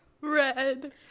Red